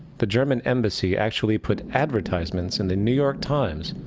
the german embassy actually put advertisements in the new york times,